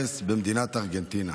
ארגנטינה.